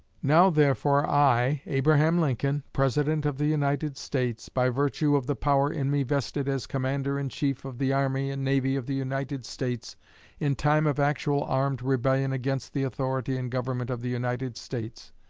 now, therefore, i, abraham lincoln, president of the united states, by virtue of the power in me vested as commander-in-chief of the army and navy of the united states in time of actual armed rebellion against the authority and government of the united states,